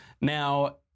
Now